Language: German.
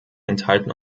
enthalten